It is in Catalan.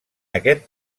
aquest